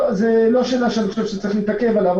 לא שאלה שאני חושב שצריך להתעכב עליה,